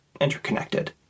interconnected